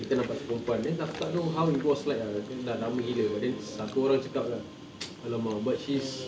kita nampak satu perempuan then aku tak tahu how it was like ah ni dah lama gila but then satu orang cakap kan !alamak! but she's